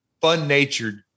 fun-natured